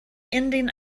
indian